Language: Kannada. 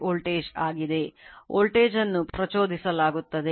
ವೋಲ್ಟೇಜ್ ಅನ್ನು ಪ್ರಚೋದಿಸಲಾಗುತ್ತದೆ